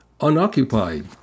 unoccupied